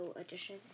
edition